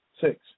Six